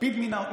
לפיד מינה אותו?